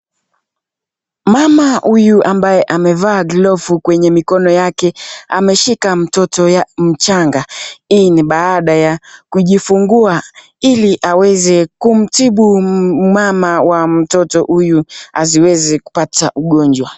Mama huyu ambaye amevaa glovu kwenye mikono yake ameshika mtoto mchanga, hii ni baada ya kujifungua ili aweze kumtibu mama wa mtoto huyu haziwezi kupata ugonjwa.